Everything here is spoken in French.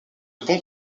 bons